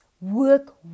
work